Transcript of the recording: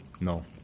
No